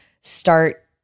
start